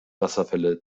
wasserfälle